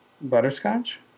Butterscotch